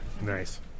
Nice